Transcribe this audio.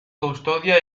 custodia